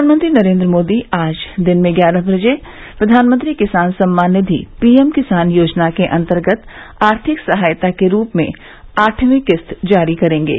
प्रधानमंत्री नरेन्द्र मोदी आज दिन में ग्यारह बजे प्रघानमंत्री किसान सम्मान निधि पीएम किसान योजना के अंतर्गत आर्थिक सहायता के रूप में आठवीं किस्त जारी करेंगे